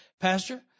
Pastor